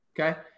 Okay